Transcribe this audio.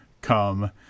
come